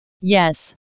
Yes